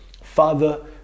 father